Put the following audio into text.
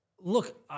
look